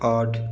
आठ